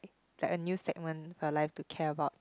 like a new segment your life to care about